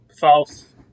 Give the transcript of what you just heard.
False